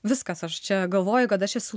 viskas aš čia galvoju kad aš esu